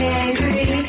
angry